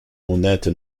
honnête